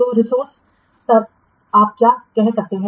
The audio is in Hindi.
तो रिसोर्सेज स्तर आप क्या कर सकते हैं